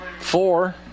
four